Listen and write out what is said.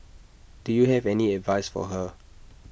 do you have any advice for her